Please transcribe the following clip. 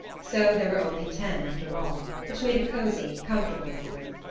so there were only ten, after all, which made a cozy, comfortable number.